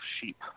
sheep